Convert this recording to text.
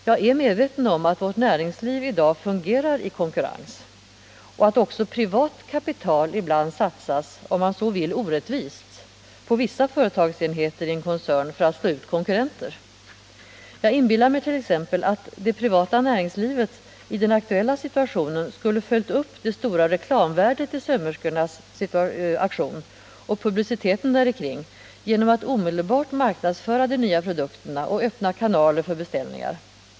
Jag är medveten om att vårt näringsliv i dag fungerar i konkurrens och att också privat kapital ibland satsas, om man så vill orättvist, på vissa företagsenheter i en koncern för att slå ut konkurrenter. Jag inbillar mig t.ex. att det privata näringslivet i den aktuella situationen skulle ha följt upp det stora reklamvärdet i sömmerskornas aktion och publiciteten därikring genom att omedelbart marknadsföra de nya produkterna och öppna kanaler för beställningar.